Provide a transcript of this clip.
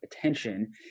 attention